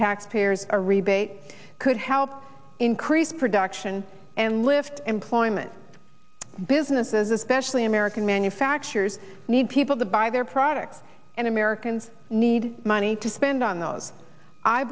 taxpayers a rebate could help increase production and lift employment businesses especially american manufacturers need people to buy their products and americans need money to spend on those i